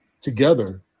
together